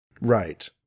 Right